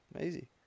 Easy